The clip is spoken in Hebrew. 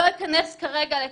לא אכנס כרגע לכך,